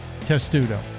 Testudo